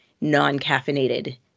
non-caffeinated